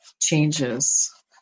changes